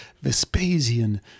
Vespasian